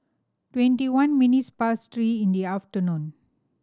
twenty one minutes past three in the afternoon